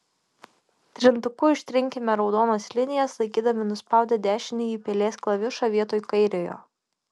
trintuku ištrinkime raudonas linijas laikydami nuspaudę dešinįjį pelės klavišą vietoj kairiojo